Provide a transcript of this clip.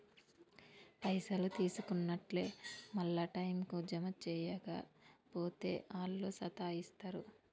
పైసలు తీసుకున్నట్లే మళ్ల టైంకు జమ జేయక పోతే ఆళ్లు సతాయిస్తరు